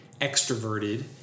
extroverted